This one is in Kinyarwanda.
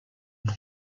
nto